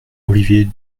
olivier